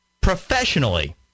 professionally